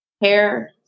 hair